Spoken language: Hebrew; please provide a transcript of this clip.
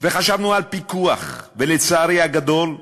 וחשבנו על פיקוח, ולצערי הגדול,